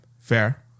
Fair